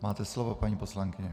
Máte slovo, paní poslankyně.